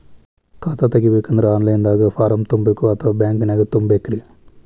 ಖಾತಾ ತೆಗಿಬೇಕಂದ್ರ online ದಾಗ ಫಾರಂ ತುಂಬೇಕೊ ಅಥವಾ ಬ್ಯಾಂಕನ್ಯಾಗ ತುಂಬ ಬೇಕ್ರಿ?